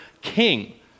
king